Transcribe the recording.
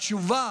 התשובה